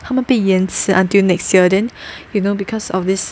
他们被延迟 until next year then you know because of this